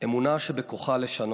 אמונה שבכוחה לשנות.